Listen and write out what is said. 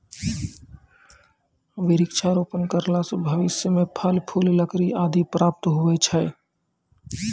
वृक्षारोपण करला से भविष्य मे फल, फूल, लकड़ी आदि प्राप्त हुवै छै